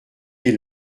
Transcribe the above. lès